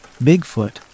Bigfoot